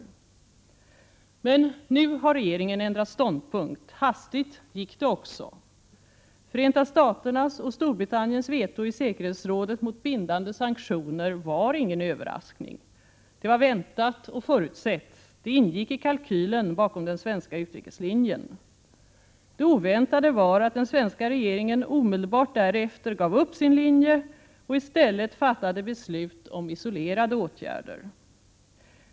Men nu har regeringen ändrat ståndpunkt. Hastigt gick det också. Förenta Staternas och Storbritanniens veto i säkerhetsrådet mot bindande sanktioner 37 var ingen överraskning. Det var väntat och förutsett. Det ingick i kalkylen bakom den svenska utrikeslinjen. Det oväntade var att den svenska regeringen omedelbart därefter gav upp sin linje och i stället fattade beslut om isolerade åtgärder.